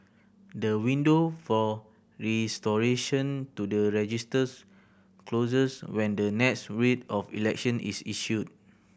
the window for restoration to the registers closes when the next Writ of Election is issued